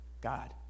God